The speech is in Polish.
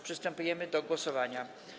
Przystępujemy do głosowania.